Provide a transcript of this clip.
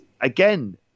again